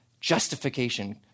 justification